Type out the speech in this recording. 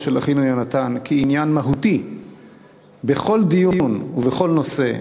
של אחינו יהונתן כעניין מהותי בכל דיון ובכל נושא,